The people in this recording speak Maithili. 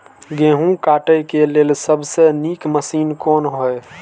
गेहूँ काटय के लेल सबसे नीक मशीन कोन हय?